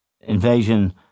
invasion